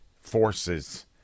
forces